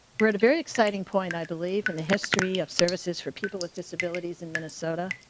read a very exciting point i believe in the history of services for people with disabilities in minnesota.